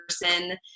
person